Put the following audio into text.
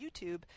YouTube